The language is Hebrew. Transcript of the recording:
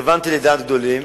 כיוונתי לדעת גדולים,